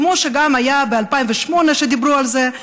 כמו שגם היה ב-2008 כשדיברו על זה,